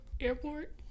airport